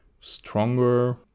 stronger